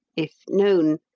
if known,